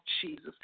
Jesus